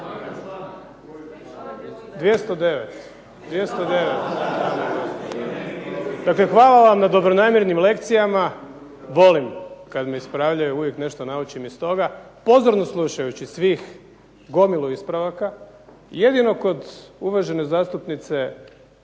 hvala vam na dobronamjernim lekcijama, volim kad me ispravljaju, uvijek nešto naučim iz toga. Pozorno slušajući svih gomilu ispravaka jedino kod uvažene zastupnice